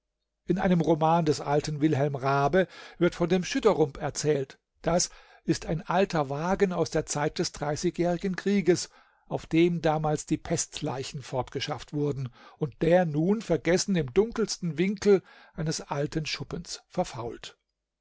in einem roman des alten wilhelm raabe wird von dem schüdderump erzählt das ist ein alter wagen aus der zeit des dreißigjährigen krieges auf dem damals die pestleichen fortgeschafft wurden und der nun vergessen im dunkelsten winkel eines alten schuppens verfault